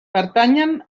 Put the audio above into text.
pertanyen